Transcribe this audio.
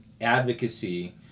advocacy